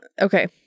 Okay